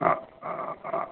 ആ